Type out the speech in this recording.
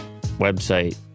Website